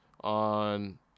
on